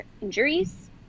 injuries